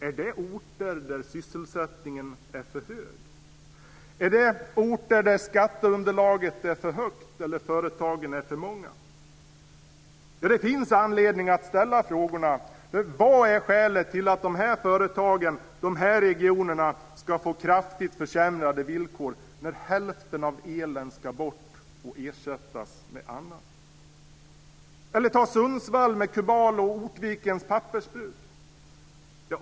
Är det orter där sysselsättningen är för hög? Är det orter där skatteunderlaget är för stort eller företagen för många? Det finns anledning att ställa dessa frågor. Vad är skälet till att de här företagen och de här regionerna ska få kraftigt försämrade villkor när hälften av elen ska bort och ersättas med annat? Eller ta Sundsvall, med Kubal och Ortvikens pappersbruk.